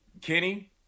Kenny